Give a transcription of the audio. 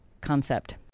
concept